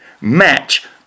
match